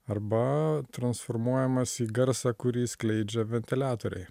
arba transformuojamas į garsą kurį skleidžia ventiliatoriai